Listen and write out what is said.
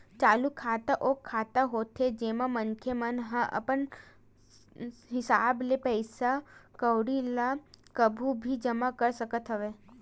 चालू खाता ओ खाता होथे जेमा मनखे मन ह अपन हिसाब ले पइसा कउड़ी ल कभू भी जमा कर सकत हवय